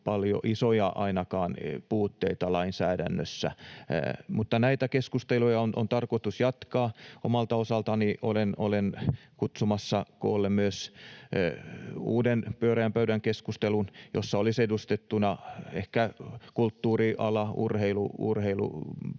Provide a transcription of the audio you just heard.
— isoja ainakaan — lainsäädännössä. Mutta näitä keskusteluja on tarkoitus jatkaa. Omalta osaltani olen kutsumassa koolle myös uuden pyöreän pöydän keskustelun, jossa olisivat edustettuina ehkä kulttuuriala, urheilupuoli